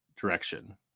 direction